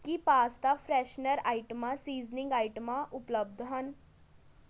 ਕੀ pasta freshener ਆਈਟਮਾਂ seasoning ਆਈਟਮਾਂ ਉਪਲਬਧ ਹਨ